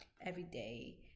everyday